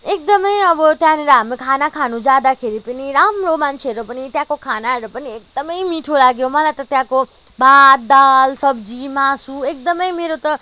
एकदमै अब त्यहाँनिर हामी खाना खान जाँदाखेरि पनि राम्रो मान्छेहरू पनि त्यहाँको खानाहरू पनि एकदमै मिठो लाग्यो मलाई त त्यहाँको भात दाल सब्जी मासु एकदमै मेरो त